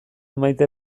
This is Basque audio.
maite